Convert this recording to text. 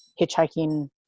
hitchhiking